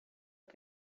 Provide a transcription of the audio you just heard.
det